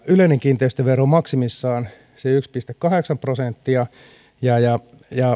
yleinen kiinteistövero on maksimissaan se yksi pilkku kahdeksan prosenttia ja ja